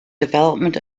development